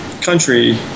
country